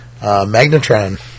Magnetron